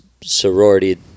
sorority